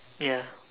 ya